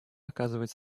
оказывать